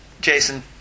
Jason